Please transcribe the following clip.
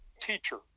teacher